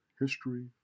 history